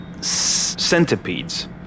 centipedes